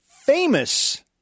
famous